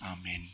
Amen